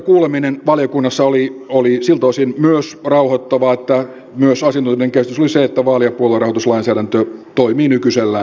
asiantuntijakuuleminen valiokunnassa oli myös rauhoittava siltä osin että myös asiantuntijoiden käsitys oli se että vaali ja puoluerahoituslainsäädäntö toimii nykyisellään hyvin